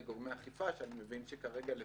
אתה שומע את הנציבות --- יניב, אנחנו